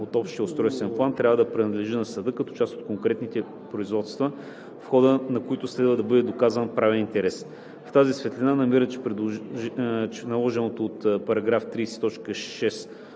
от общия устройствен план трябва да принадлежи на съда като част от конкретните производства, в хода на които следва да бъде доказван правен интерес. В тази светлина намира, че наложеното от § 30,